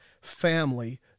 family